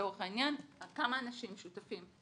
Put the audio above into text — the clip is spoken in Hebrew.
לצורך העניין, כמה אנשים שותפים.